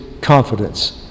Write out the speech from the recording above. confidence